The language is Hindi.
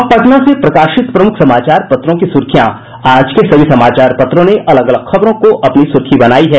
अब पटना से प्रकाशित प्रमुख समाचार पत्रों की सुर्खियां आज के सभी समाचार पत्रों ने अलग अलग खबरों को अपनी सुर्खी बनायी है